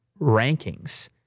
rankings